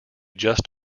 just